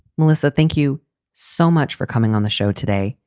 melissa, thank you so much for coming on the show today.